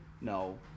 No